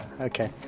Okay